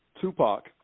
Tupac